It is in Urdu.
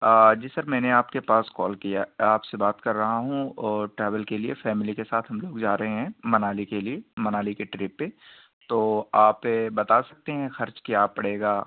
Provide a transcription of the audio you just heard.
جی سر میں نے آپ کے پاس کال کیا آپ سے بات کر رہا ہوں اور ٹریول کے لیے فیملی کے ساتھ ہم لوگ جا رہے ہیں منالی کے لیے منالی کی ٹرپ پے تو آپ بتا سکتے ہیں خرچ کیا پڑے گا